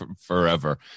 forever